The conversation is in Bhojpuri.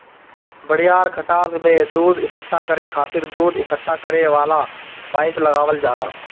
बड़ियार खटाल में दूध इकट्ठा करे खातिर दूध इकट्ठा करे वाला पाइप लगावल जाला